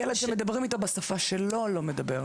ילד שמדברים אתו בשפה שלו לא מדבר.